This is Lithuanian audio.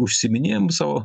užsiiminėjam savo